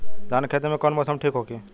धान के खेती कौना मौसम में ठीक होकी?